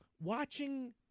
watching